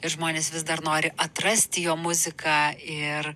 ir žmonės vis dar nori atrasti jo muziką ir